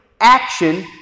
action